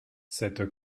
cette